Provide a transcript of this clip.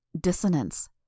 Dissonance